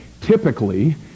Typically